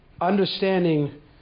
understanding